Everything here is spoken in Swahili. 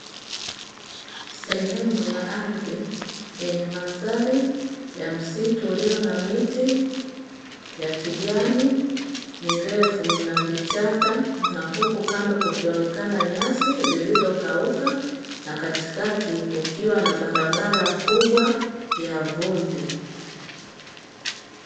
Sehemu ya ardhi yenye mandhari ya msitu ulio na miti na vichaka na huku kando kukionekana nyasi zilizokauka, na katikati kukiwa na barabara kubwa ya vumbi.